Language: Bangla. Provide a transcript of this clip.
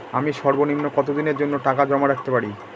আমি সর্বনিম্ন কতদিনের জন্য টাকা জমা রাখতে পারি?